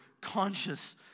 conscious